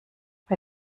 bei